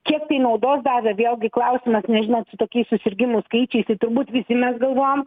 kiek tai naudos davė vėlgi klausimas nes žinot su tokiais susirgimų skaičiais tai turbūt visi mes galvojom